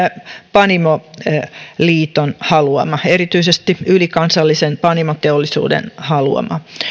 panimoliiton haluama erityisesti ylikansallisen panimoteollisuuden haluama